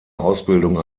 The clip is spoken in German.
ausbildung